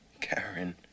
Karen